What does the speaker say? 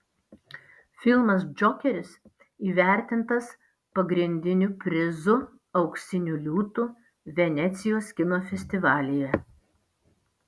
filmas džokeris įvertintas pagrindiniu prizu auksiniu liūtu venecijos kino festivalyje